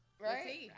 right